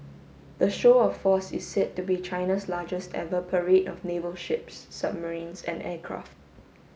the show of force is said to be China's largest ever parade of naval ships submarines and aircraft